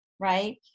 Right